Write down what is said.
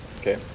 Okay